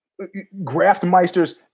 graftmeisters